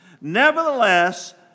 Nevertheless